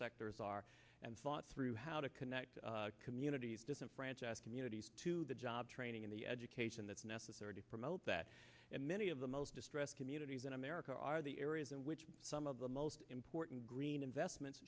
sectors are and fought through how to connect communities doesn't franchesca unities to the job training in the education that's necessary to promote that and many of the most distressed communities in america are the areas in which some of the most important green investments